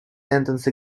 sentence